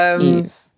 Eve